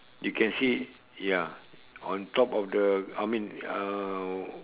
you can see ya on top of the I mean uh